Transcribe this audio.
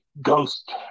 ghost